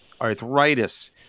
arthritis